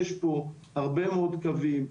יש פה הרבה מאוד קווים,